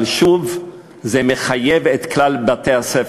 אבל שוב, זה מחייב את כלל בתי-הספר.